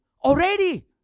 already